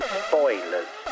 spoilers